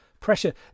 pressure